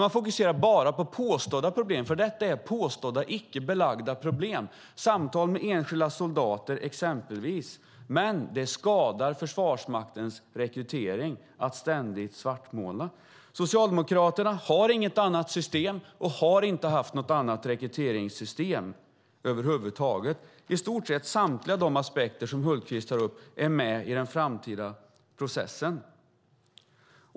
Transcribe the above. Han fokuserar bara på påstådda problem. Detta är påstådda icke belagda problem. Det handlar till exempel om samtal med enskilda soldater. Att ständigt svartmåla skadar Försvarsmaktens rekrytering. Socialdemokraterna har inte och har inte haft något annat rekryteringssystem. I stort sett samtliga aspekter som Hultqvist tar upp är med i den framtida processen.